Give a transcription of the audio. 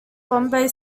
bombay